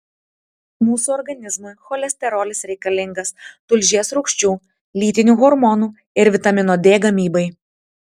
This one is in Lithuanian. mūsų organizmui cholesterolis reikalingas tulžies rūgščių lytinių hormonų ir vitamino d gamybai